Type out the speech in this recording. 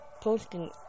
posting